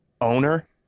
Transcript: owner